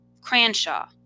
Cranshaw